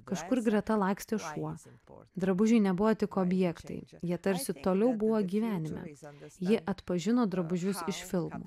kažkur greta lakstė šuo drabužiai nebuvo tik objektai jie tarsi toliau buvo gyvenime ji atpažino drabužius iš filmų